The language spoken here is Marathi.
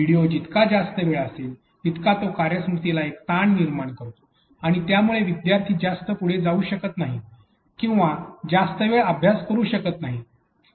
व्हिडिओ जितका जास्त वेळ असेल तितका तो कार्यस्मृतीला एक ताण निर्माण करतो आणि त्यामुळे विद्यार्थी जास्त पुढे जाऊ शकत नाहीत किंवा जास्त वेळ अभ्यास करू शकत नाहीत